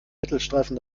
mittelstreifen